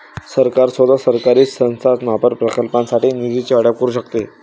सरकार स्वतः, सरकारी संस्थांमार्फत, प्रकल्पांसाठी निधीचे वाटप करू शकते